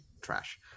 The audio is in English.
trash